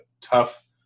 tough